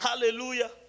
Hallelujah